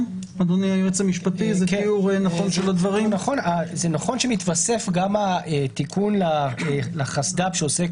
זה נכון שמתווסף גם התיקון לחסד"פ שעוסק